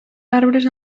arbres